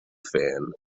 fan